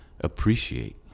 appreciate